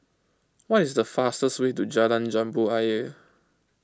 what is the fastest way to Jalan Jambu Ayer